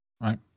Right